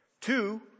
Two